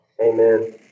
Amen